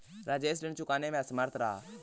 राजेश ऋण चुकाने में असमर्थ रहा